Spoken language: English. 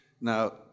Now